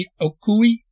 Okui